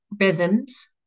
rhythms